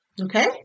Okay